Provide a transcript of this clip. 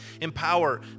empower